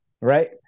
Right